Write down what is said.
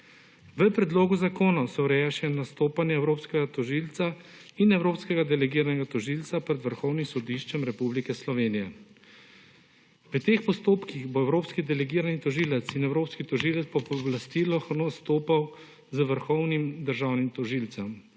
V predlogu zakona se ureja še nastopanje evropskega tožilca in evropskega delegiranega tožilca pred Vrhovnim sodiščem Republike Slovenije. V teh postopkih bo evropski delegirani tožilec in evropski tožilec po pooblastilih nastopal za vrhovnim državnim tožilcem,